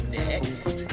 next